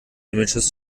images